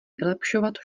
vylepšovat